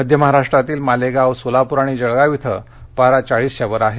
मध्य महाराष्ट्रातील मालेगांव सोलापूर आणि जळगांव इथं पारा चाळीसच्या वर आहे